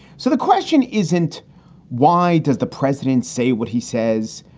so the question isn't why does the president say what he says?